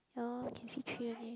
uh can see three only